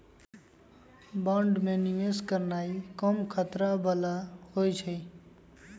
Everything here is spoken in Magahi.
बांड में निवेश करनाइ कम खतरा बला होइ छइ